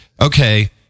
okay